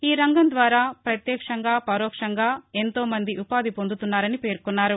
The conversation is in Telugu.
ఈ రంగం ద్వారా ప్రత్యక్షంగా పరోక్షంగా ఎంతో మంది ఉపాధి పొందుతున్నారని పేర్కొన్నారు